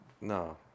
no